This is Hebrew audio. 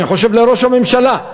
אני חושב שראש הממשלה.